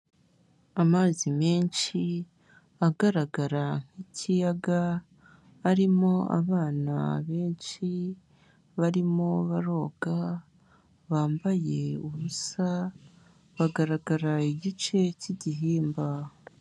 Amazi menshi, agaragara nk'ikiyaga, arimo abana benshi, barimo baroga, bambaye ubusa, bagaragara igice cy'igihimba.